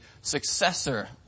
successor